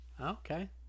okay